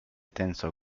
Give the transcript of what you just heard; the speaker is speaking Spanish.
tenso